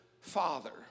father